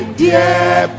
dear